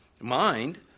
mind